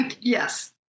Yes